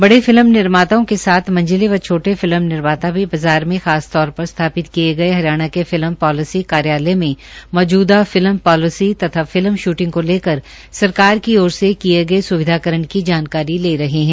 बड़े फिल्म निर्माताओं के साथ मंझले व छोटे फिल्म निर्माता भी बाजार में खासतौर पर स्थापित किए गए हरियाणा के फिल्म पॉलिसी कार्यालय में मौजूदा फिल्म पॉलिसी तथा फिल्म शूटिंग को लेकर सरकार की ओर से किए गए स्विधाकरण की जानकारी ले रहे हैं